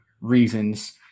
reasons